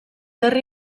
herri